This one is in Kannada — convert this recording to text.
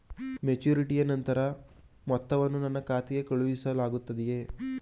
ಮೆಚುರಿಟಿಯ ನಂತರ ಮೊತ್ತವನ್ನು ನನ್ನ ಖಾತೆಗೆ ಕಳುಹಿಸಲಾಗುತ್ತದೆಯೇ?